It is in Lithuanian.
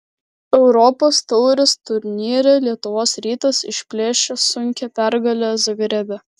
europos taurės turnyre lietuvos rytas išplėšė sunkią pergalę zagrebe